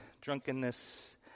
drunkenness